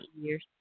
years